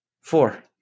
four